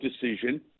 decision